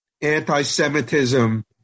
anti-Semitism